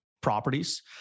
properties